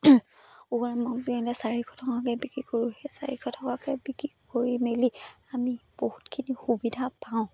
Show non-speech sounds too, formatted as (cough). (unintelligible) চাৰিশ টকাকৈ বিক্ৰী কৰোঁ সেই চাৰিশ টকাকৈ বিক্ৰী কৰি মেলি আমি বহুতখিনি সুবিধা পাওঁ